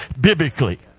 biblically